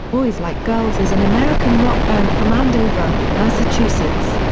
boys like girls is an american rock band from andover, massachusetts.